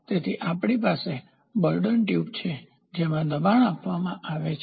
તેથી આપણી પાસે બોર્ડોન ટ્યુબ છે જેમા દબાણ આપવામાં આવે છે